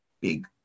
big